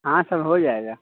हाँ सब हो जाएगा